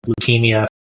leukemia